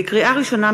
לקריאה ראשונה,